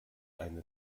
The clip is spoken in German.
eine